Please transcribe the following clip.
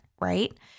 right